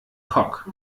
cock